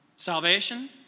Salvation